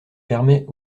permet